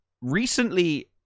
recently